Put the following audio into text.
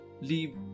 leave